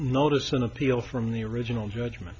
notice an appeal from the original judgment